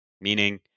meaning